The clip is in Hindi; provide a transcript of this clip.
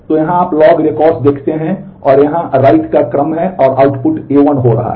तो यहां आप लॉग रिकॉर्ड्स देखते हैं और यहां राइट का क्रम है और आउटपुट A1 हो रहा है